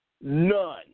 None